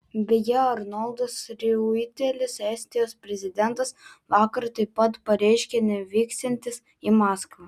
beje arnoldas riuitelis estijos prezidentas vakar taip pat pareiškė nevyksiantis į maskvą